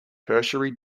tertiary